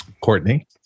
Courtney